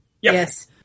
Yes